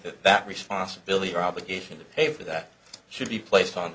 that that responsibility or obligation to pay for that should be placed on